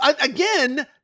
again